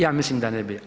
Ja mislim da ne bi.